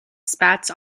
spats